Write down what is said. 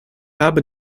habe